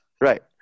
right